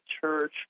church